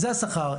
זה השכר.